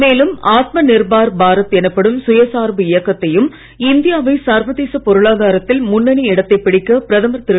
மேலும் ஆத்மநிர்பர்பாரத்எனப்படும்சுயசார்புஇயக்கத்தையும் இந்தியாவைசர்வதேசபொருளாதாரத்தில்முன்னணிஇடத்தைப்பிடிக்கபிரத மர்திரு